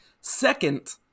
Second